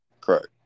Correct